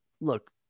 look